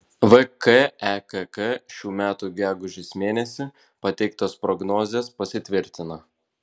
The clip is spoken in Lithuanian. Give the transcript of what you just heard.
vkekk šių metų gegužės mėnesį pateiktos prognozės pasitvirtina